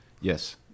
Yes